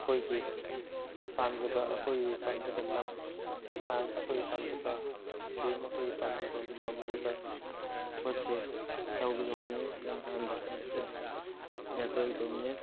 ꯑꯩꯈꯣꯏꯒꯤ ꯄꯥꯝꯖꯕ ꯑꯩꯈꯣꯏ ꯄꯥꯝꯖꯕ ꯂꯝ ꯂꯥꯟ ꯑꯩꯈꯣꯏꯒꯤ ꯄꯥꯝꯖꯕ ꯗ꯭ꯔꯤꯝ ꯑꯩꯈꯣꯏꯒꯤ ꯄꯥꯝꯖꯕ ꯃꯥꯡꯖꯕ ꯄꯣꯠꯁꯦ ꯇꯧꯒꯗꯧꯕꯅꯤ ꯁꯦꯟ ꯇꯥꯟꯕ ꯍꯥꯏꯕꯁꯦ ꯂꯦꯞꯂꯣꯏꯗꯧꯅꯦ